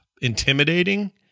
intimidating